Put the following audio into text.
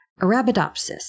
Arabidopsis